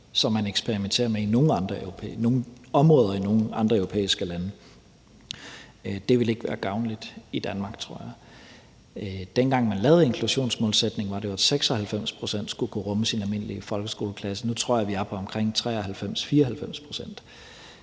lande eksperimenterer med i nogle områder. Det ville ikke være gavnligt i Danmark, tror jeg. Dengang man lavede inklusionsmålsætningen, var det jo 96 pct., der skulle kunne rummes i en almindelig folkeskoleklasse. Nu tror jeg, at vi er på omkring 93-94